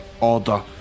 order